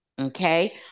okay